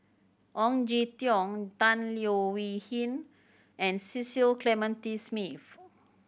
Ong Jin Teong Tan Leo Wee Hin and Cecil Clementi Smith